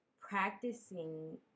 practicing